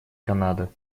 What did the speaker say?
канада